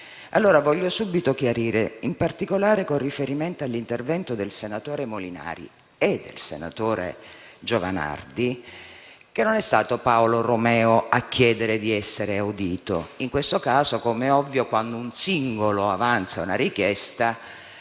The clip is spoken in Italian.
Voglio subito chiarire, in particolare con riferimento agli interventi del senatore Molinari e del senatore Giovanardi, che non è stato Paolo Romeo a chiedere di essere audito. Come è ovvio, quando un singolo avanza una richiesta,